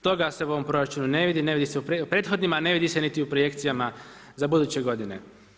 Toga se u ovom proračunu ne vidi, ne vidi se u prethodnima, a ne vidi se niti u projekcijama za buduće godine.